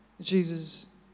Jesus